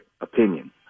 opinion